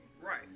Right